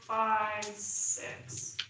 six.